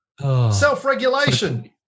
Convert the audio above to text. Self-regulation